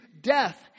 death